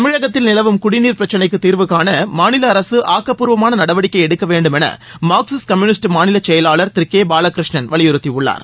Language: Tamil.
தமிழகத்தில் நிலவும் குடிநீர் பிரச்சினைக்கு தீர்வு காண மாநில அரசு ஆக்கபூர்வமான நடவடிக்கை எடுக்க வேண்டும் என மார்க்சிஸ்ட் கம்யூவிஸ்ட் மாநிலச் செயலாளர் திரு கே பாலகிருஷ்ணன் வலியுறுத்தியுள்ளார்